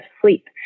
sleep